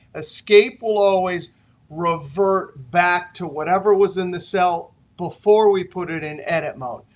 escape will always revert back to whatever was in the cell before we put it in edit mode.